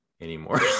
anymore